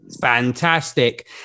Fantastic